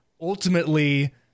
ultimately